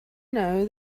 know